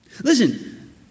Listen